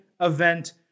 event